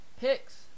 picks